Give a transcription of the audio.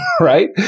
right